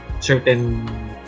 Certain